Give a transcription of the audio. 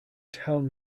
town